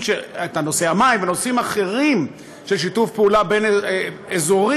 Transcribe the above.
נושא המים ונושאים אחרים של שיתוף פעולה אזורי